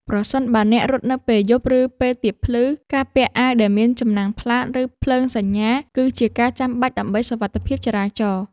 ប្រសិនបើអ្នករត់នៅពេលយប់ ឬពេលទៀបភ្លឺ ការពាក់អាវដែលមានចំណាំងផ្លាត ឬភ្លើងសញ្ញា គឺជាការចាំបាច់ដើម្បីសុវត្ថិភាពចរាចរណ៍។